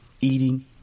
eating